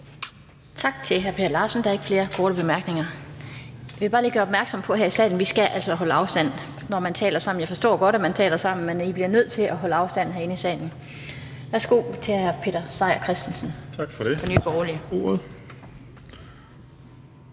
Tak til hr. Per Larsen. Der er ikke flere korte bemærkninger. Jeg vil bare lige gøre opmærksom på, at man altså skal holde afstand her i salen, når man taler sammen. Jeg forstår godt, at man taler sammen, men I bliver nødt til at holde afstand herinde i salen. Værsgo til hr. Peter Seier Christensen fra